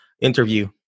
interview